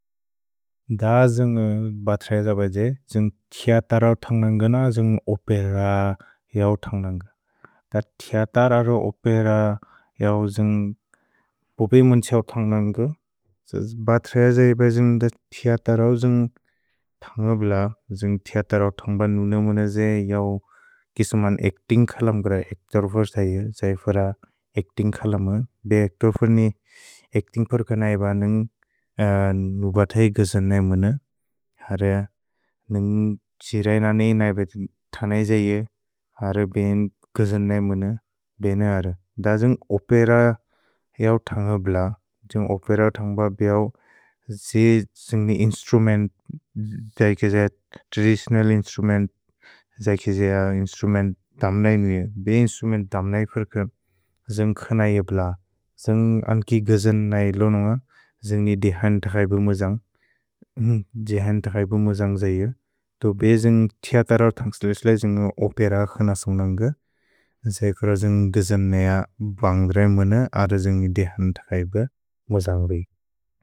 द जुन्ग् बत्र्æज बेजे जुन्ग् थेअतरौ अन्ग्लन्ग न जुन्ग् ओपेर इऔ अन्ग्लन्ग। अ थेअतरौ अन्ग्लन्ग न जुन्ग् ओपेर इऔ अन्ग्लन्ग। भत्र्æज बेजे जुन्ग् थेअतरौ अन्ग्लब्ल, जुन्ग् थेअतरौ अन्ग्ब नुने मुने जे यौ किसुमन् अच्तिन्ग् क्सलम् प्रए। अच्तिन्ग् क्सलम् प्रए। अ अन्ग्लब्ल बेजे जुन्ग् थेअतरौ अन्ग्लन्ग न जुन्ग् ओपेर इऔ अन्ग्लब्ल। अ थेअतरौ अन्ग्लन्ग न जुन्ग् ओपेर इऔ अन्ग्लब्ल।